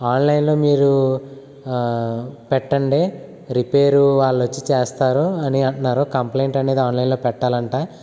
ఆన్లైన్లో మీరు పెట్టండి రిపేర్ వాళ్ళు వచ్చి చేస్తారు అని అంటున్నారు కంప్లయింట్ అనేది ఆన్లైన్లో పెట్టాలంటా